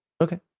Okay